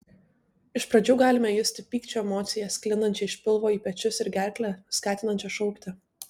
iš pradžių galime justi pykčio emociją sklindančią iš pilvo į pečius ir gerklę skatinančią šaukti